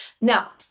Now